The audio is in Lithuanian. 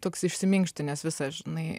toks išsiminkštinęs visas žinai